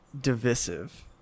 divisive